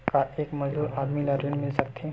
का एक मजदूर आदमी ल ऋण मिल सकथे?